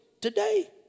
today